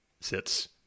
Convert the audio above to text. sits